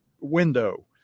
window